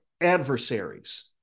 adversaries